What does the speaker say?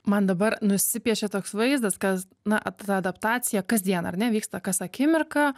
man dabar nusipiešia toks vaizdas kas na ta adaptacija kasdien ar ne vyksta kas akimirką